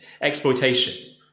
exploitation